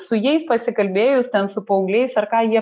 su jais pasikalbėjus ten su paaugliais ar ką jie